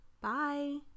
Bye